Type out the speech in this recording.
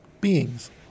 beings